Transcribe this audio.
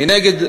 מנגד,